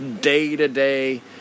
day-to-day